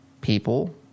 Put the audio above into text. people